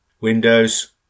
windows